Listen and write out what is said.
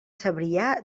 cebrià